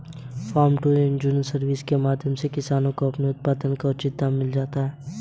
farmer to consumer service के माध्यम से किसानों को अपने उत्पाद का उचित दाम मिल जाता है